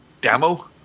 demo